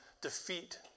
defeat